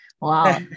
wow